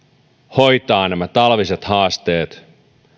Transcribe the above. hoitaa nämä talviset haasteet